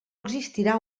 existirà